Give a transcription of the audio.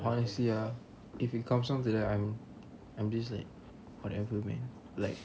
honestly ah if it comes wrong then I'm I'm just like whatever man like